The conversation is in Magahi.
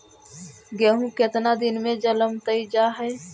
गेहूं केतना दिन में जलमतइ जा है?